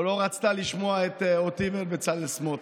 או לא רצתה לשמוע אותי ואת בצלאל סמוטריץ',